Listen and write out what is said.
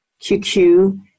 QQ